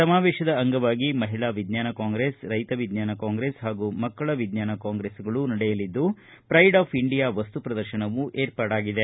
ಸಮಾವೇಶದ ಅಂಗವಾಗಿ ಮಹಿಳಾ ವಿಜ್ಞಾನ ಕಾಂಗ್ರೆಸ್ ರೈತ ವಿಜ್ಞಾನ ಕಾಂಗ್ರೆಸ್ ಹಾಗೂ ಮಕ್ಕಳ ವಿಜ್ಞಾನ ಕಾಂಗ್ರೆಸ್ಗಳೂ ನಡೆಯಲಿದ್ದು ಪ್ರೈಡ್ ಆಫ್ ಇಂಡಿಯಾ ವಸ್ತು ಪ್ರದರ್ಶನವೂ ಏರ್ಪಾಡಾಗಿದೆ